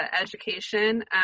education